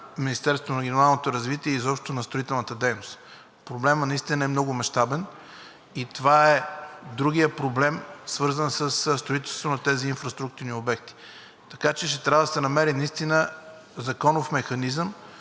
Министерството на регионалното развитие, изобщо на строителната дейност. Проблемът наистина е много мащабен и това е другият проблем, свързан със строителството на тези инфраструктурни обекти. Така че ще трябва да се намери наистина законов механизъм,